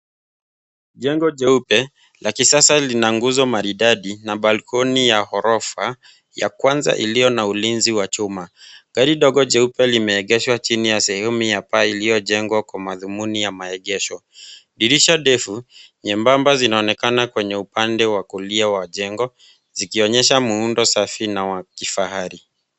Jengo jeupe la kisasa lina nguzo maridadi na balcony ya ghorofa, ya kwanza iliyo na ulinzi wa chuma. Gari dogo limeegeshwa chini ya sehemu ya paa iliyojengwa kwa madhumuni ya maegesho. dirisha ndefu nyembamba zinaonekana kwenye upande wa kulia wa jengo zikionyesha muundo safi na wa kifahari.